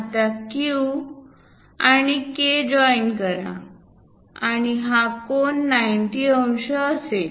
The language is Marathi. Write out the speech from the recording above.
आता Q आणि K जॉईन करा आणि हा कोन 90 अंश असेल